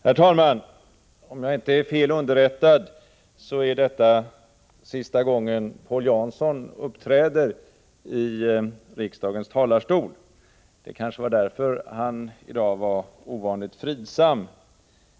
Herr talman! Om jag inte är fel underrättad, är detta sista gången Paul Jansson uppträder i riksdagens talarstol. Det var kanske därför som han i dag var ovanligt fridsam.